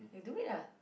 we will do it ah